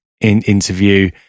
interview